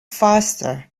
faster